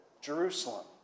Jerusalem